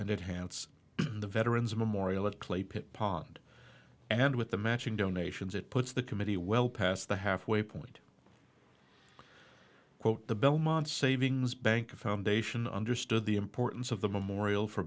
it hants the veterans memorial at clay pit pond and with the matching donations it puts the committee well past the halfway point quote the belmont savings bank foundation understood the importance of the memorial for